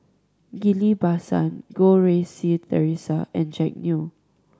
Ghillie Basan Goh Rui Si Theresa and Jack Neo